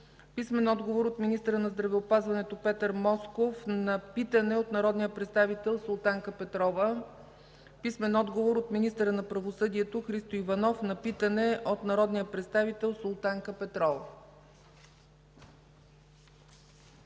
Найденов; - от министъра на здравеопазването Петър Москов на питане от народния представител Султанка Петрова; - от министъра на правосъдието Христо Иванов на питане от народния представител Султанка Петрова.